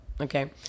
Okay